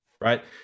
right